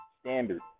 Standard